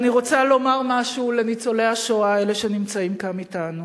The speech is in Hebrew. ואני רוצה לומר משהו לניצולי השואה האלה שנמצאים כאן אתנו: